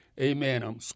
Amen